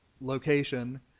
location